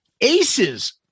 aces